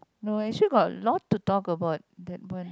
no actually got a lot to talk about that one